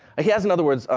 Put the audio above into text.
ah he has, in other words,